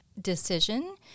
decision